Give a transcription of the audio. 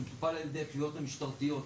זה מטופל על ידי התביעות המשטרתיות.